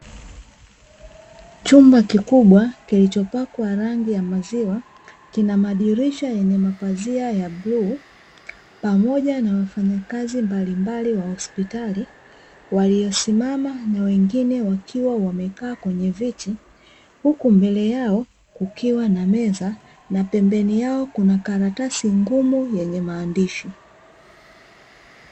Chumba kikubwa kilichopakwa rangi ya maziwa, kina madirisha yenye mapazia ya bluu pamoja na wafanyakazi mbalimbali wa hospitali waliosimama na wengine wakiwa wamekaa kwenye viti, huku mbele yao kukiwa na meza, na pembeni yao kuna karatasi ngumu yenye maandishi.